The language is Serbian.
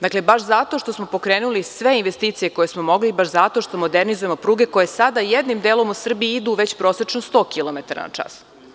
Dakle, baš zato što smo pokrenuli sve investicije koje smo mogli, baš zato što modernizujemo pruge koje sada jednim delom u Srbiji idu već prosečno 100 kilometara na čas.